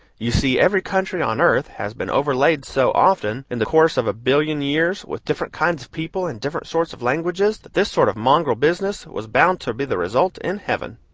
you see, every country on earth has been overlaid so often, in the course of a billion years, with different kinds of people and different sorts of languages, that this sort of mongrel business was bound to be the result in heaven.